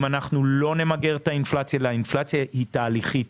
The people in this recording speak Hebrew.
אם לא נמגר את האינפלציה האינפלציה היא תהליכית